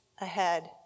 ahead